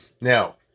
Now